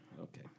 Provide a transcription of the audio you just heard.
Okay